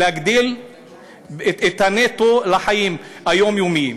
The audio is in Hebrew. להגדיל את הנטו לחיים היומיומיים.